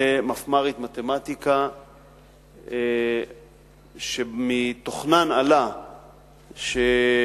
הגיעו למפמ"רית מתמטיקה שיחות אנונימיות שמתוכנן עלה שהשאלות